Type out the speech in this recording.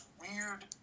weird